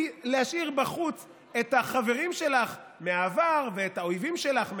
להשאיר בחוץ את החברים שלך מהעבר ואת האויבים שלך מההווה,